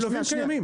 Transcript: רק ללווים קיימים.